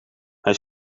hij